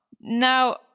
Now